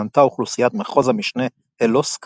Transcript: מנתה אוכלוסיית מחוז המשנה הלוסק